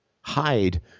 hide